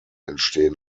entstehen